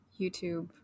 YouTube